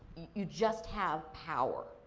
you just have power.